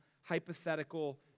hypothetical